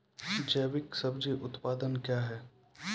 जैविक सब्जी उत्पादन क्या हैं?